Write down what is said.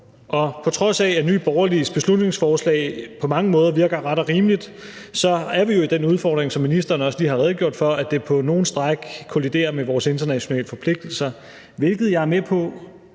Og på trods af, at Nye Borgerliges beslutningsforslag på mange måder virker ret og rimeligt, så har vi jo den udfordring, som ministeren også lige har redegjort for, at det på nogle strækninger kolliderer med vores internationale forpligtelser, hvilket jeg er med på